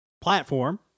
platform